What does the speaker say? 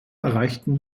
erreichten